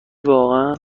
واقعا